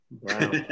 Wow